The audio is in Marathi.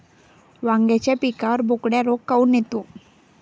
वांग्याच्या पिकावर बोकड्या रोग काऊन येतो?